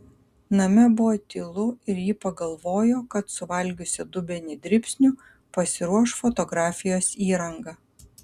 name buvo tylu ir ji pagalvojo kad suvalgiusi dubenį dribsnių pasiruoš fotografijos įrangą